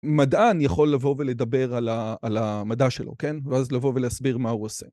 מדען יכול לבוא ולדבר על ה... על המדע שלו, כן? ואז לבוא ולהסביר מה הוא עושה.